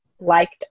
liked